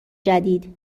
جدید